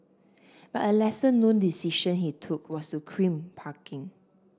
but a lesser known decision he took was to crimp parking